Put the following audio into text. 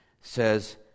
says